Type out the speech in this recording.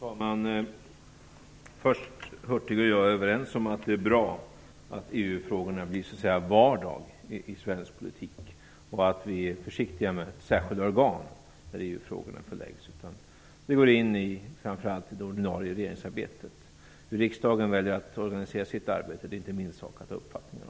Fru talman! Först och främst är Bengt Hurtig och jag överens om att det är bra att EU-frågorna blir så att säga vardag i svensk politik och att vi är försiktiga med särskilda organ dit EU-frågorna förläggs. De går framför allt in i det ordinarie regeringsarbetet. Hur riksdagen väljer att organisera sitt arbete är det inte min sak att ha uppfattningar om.